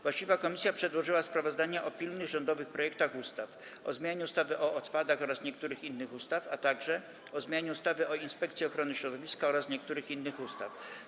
Właściwa komisja przedłożyła sprawozdania o pilnych rządowych projektach ustaw: - o zmianie ustawy o odpadach oraz niektórych innych ustaw, - o zmianie ustawy o Inspekcji Ochrony Środowiska oraz niektórych innych ustaw.